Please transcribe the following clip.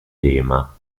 tema